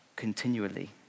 Continually